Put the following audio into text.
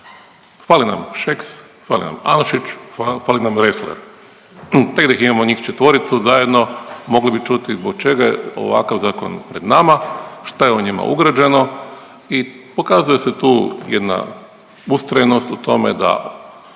Fali nam Šeks, fali nam Anušić, fali nam Ressler te da imamo njih četvoricu zajedno mogli bi čuti zbog čega je ovakav zakon pred nama, šta je u njima ugrađeno i pokazuje se tu jedna ustrajnost u tome da